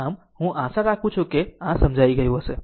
આમ હું આશા રાખું છું કે આ સમજી ગયું હશે